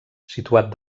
situat